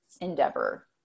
endeavor